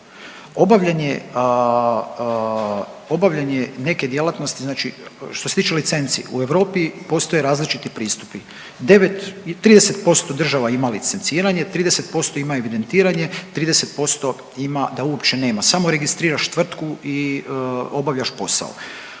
obavljanje neke djelatnosti znači što se tiče licenci u Europi postoje različiti pristupi. 9, 30% država ima licenciranje, 30% ima evidentiranje, 30% ima da uopće nema. Samo registriraš tvrtku i obavljaš posao.